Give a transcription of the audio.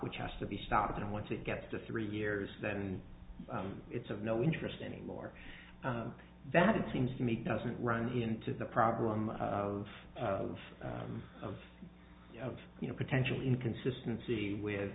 which has to be stopped and once it gets to three years that and it's of no interest anymore that it seems to make doesn't run into the problem of of of of you know potential inconsistency with